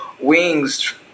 wings